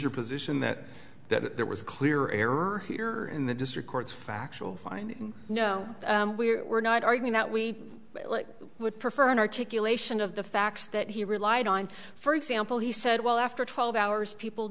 your position that that there was a clear error here in the district court's factual find no we were not arguing that we would prefer an articulation of the facts that he relied on for example he said well after twelve hours people